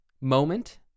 moment